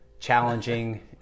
challenging